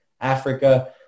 Africa